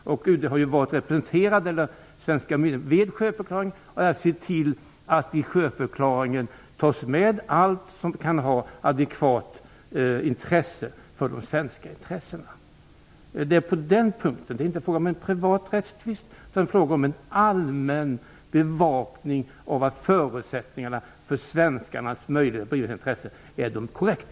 Svenska myndigheter har ju varit representerade vid sjöförklaringen för att se till att allt som kan ha adekvat intresse för svenskarna tas med vid sjöförklaringen. Det är inte frågan om en privat rättstvist utan om en allmän bevakning av att förutsättningarna för svenskarnas möjligheter att driva sina intressen är korrekta.